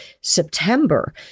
September